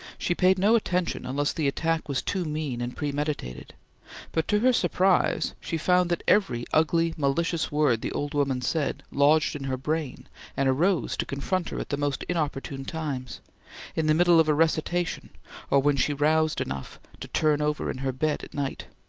she paid no attention unless the attack was too mean and premeditated but to her surprise she found that every ugly, malicious word the old woman said lodged in her brain and arose to confront her at the most inopportune times in the middle of a recitation or when she roused enough to turn over in her bed at night.